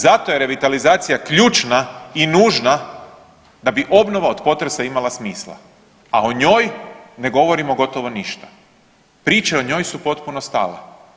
Zato je revitalizacija ključna i nužna da bi obnova od potresa imala smisla, a o njoj ne govorimo gotovo ništa, priče o njoj su potpuno stale.